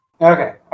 Okay